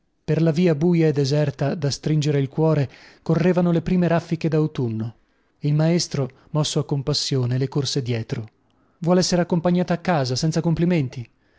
per la via buia e deserta da stringere il cuore correvano le prime raffiche dautunno il maestro mosso a compassione le era corso dietro vuol essere accompagnata a casa senza complimenti